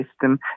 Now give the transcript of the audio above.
system